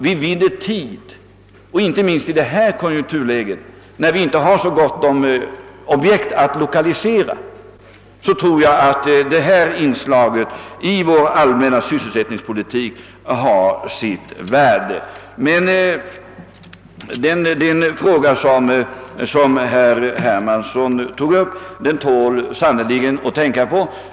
Vi vinner tid, och inte minst i nuvarande konjunkturläge, när det inte är så gott om objekt att lokalisera, tror jag att det här inslaget i den allmänna sysselsättningspolitiken har sitt värde. De frågor som herr Hermansson tagit upp tål sannerligen att tänka på.